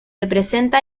representa